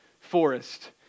forest